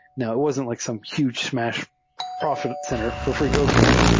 now, wasn't like some huge smash profit center for freecodecamp,